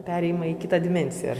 perėjimą į kitą dimensiją